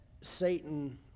Satan